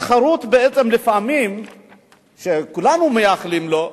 התחרות, שכולנו מייחלים לה,